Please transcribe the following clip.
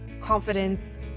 confidence